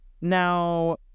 Now